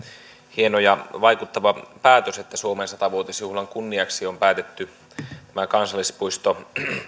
hieno ja vaikuttava päätös että suomen satavuotisjuhlan kunniaksi on päätetty tämä kansallispuisto